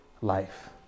life